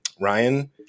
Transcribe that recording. Ryan